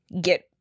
get